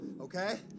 Okay